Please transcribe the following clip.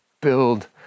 build